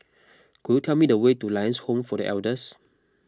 Could you tell me the way to Lions Home for the Elders